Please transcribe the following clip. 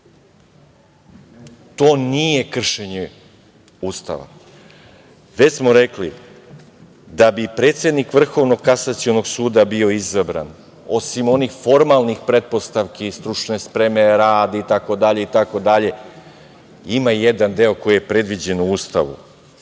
To nije kršenje Ustava. Već smo rekli da bi predsednik Vrhovnog kasacionog suda bio izabran, osim onih formalnih pretpostavki, stručne spreme, rad itd. ima jedan deo koji je predviđen u Ustavu.